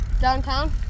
downtown